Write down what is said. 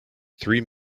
three